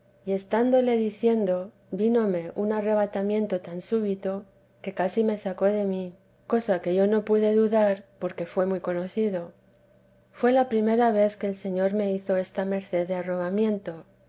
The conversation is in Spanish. y estáñetele diciendo vínome un arrebatamiento tan súpito que casi me sacó de mí cosa que yo no pude dudar porque fué muy conocido fué la primera vez que el señor me hizo esta merced de arrobamiento